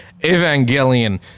Evangelion